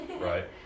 right